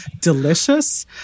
delicious